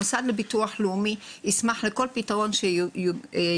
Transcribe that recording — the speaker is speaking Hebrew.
המוסד לביטוח לאומי ישמח לכל פתרון שיוצע